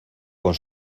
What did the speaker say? con